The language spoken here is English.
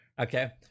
Okay